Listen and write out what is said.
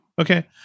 Okay